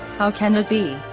how can it be,